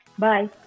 Bye